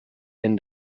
end